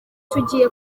tugiye